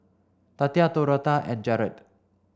Tatia Dorotha and Gerald